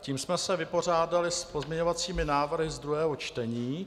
Tím jsme se vypořádali s pozměňovacími návrhy z druhého čtení.